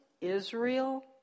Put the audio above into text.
Israel